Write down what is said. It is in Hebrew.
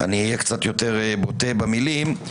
אהיה יותר בוטה במילים.